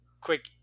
quick